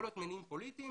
יכול להיות מניעים פוליטיים,